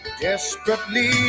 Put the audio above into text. Desperately